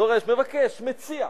לא דורש, מבקש, מציע,